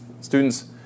Students